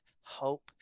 hope